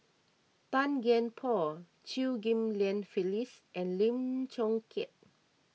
Tan Kian Por Chew Ghim Lian Phyllis and Lim Chong Keat